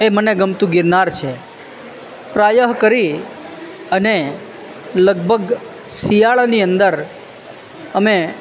એ મને ગમતું ગિરનાર છે પ્રાયઃ કરી અને લગભગ શિયાળાની અંદર અમે